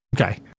Okay